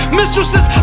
mistresses